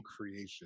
creation